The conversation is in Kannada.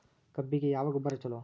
ಕಬ್ಬಿಗ ಯಾವ ಗೊಬ್ಬರ ಛಲೋ?